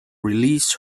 release